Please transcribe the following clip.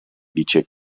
dice